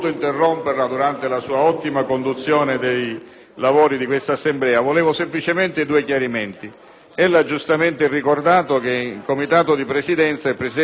Ella ha giustamente ricordato che in Consiglio di Presidenza il presidente Schifani ha raccomandato la correttezza nell'utilizzo delle tessere;